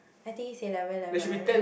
I think it's eleven eleven